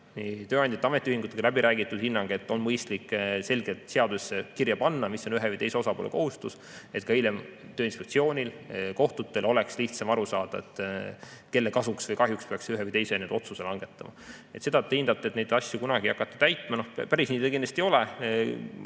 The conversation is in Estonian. ka ametiühingutega läbiräägitud hinnang, et on mõistlik selgelt seadusesse kirja panna, mis on ühe või teise poole kohustus, et ka hiljem Tööinspektsioonil ja kohtutel oleks lihtsam aru saada, kelle kasuks või kahjuks peaks ühe või teise otsuse langetama. Teie hindate, et neid asju kunagi täitma ei hakata. Päris nii see kindlasti ei ole.